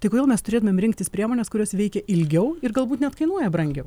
tai kodėl mes turėtumėm rinktis priemones kurios veikia ilgiau ir galbūt net kainuoja brangiau